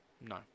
no